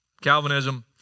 Calvinism